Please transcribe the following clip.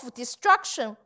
destruction